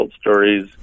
stories